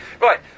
Right